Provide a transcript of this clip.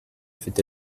fait